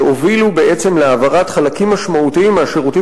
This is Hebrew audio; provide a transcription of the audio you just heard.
שהובילו בעצם להעברת חלקים משמעותיים מהשירותים